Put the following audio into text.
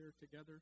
together